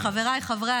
חרבות ברזל)